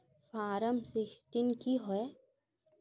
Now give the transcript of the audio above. Form sixteen की होय?